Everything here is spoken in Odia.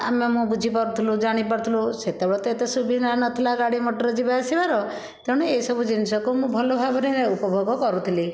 ଆମେ ମୁଁ ବୁଝି ପାରୁଥିଲୁ ଜାଣି ପାରୁଥିଲୁ ସେତେବେଳେ ତ ଏତେ ସୁବିଧା ନଥିଲା ଗାଡ଼ି ମଟର ଯିବା ଆସିବାର ତେଣୁ ଏ ସବୁ ଜିନିଷକୁ ମୁଁ ଭଲ ଭାବରେ ଉପଭୋଗ କରୁଥିଲି